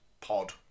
pod